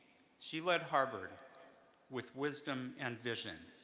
she led harvard with wisdom and vision,